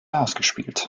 ausgespielt